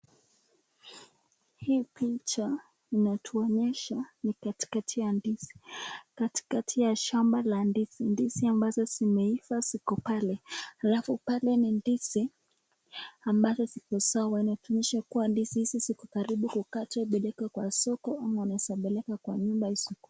Hii picha inatuonyesha ni katikati ya ndizi, katikati ya shamba la ndizi. Ndizi ambazo zimeiva ziko pale alafu pale ni ndizi ambazo ziko sawa inatumisha kuwa ndizi hizi ziko karibu kukatwa zipelekwe kwa soko ama unaweza pelekwa kwa nyumba hiyo.